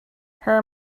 her